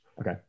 Okay